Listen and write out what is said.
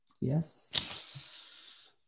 Yes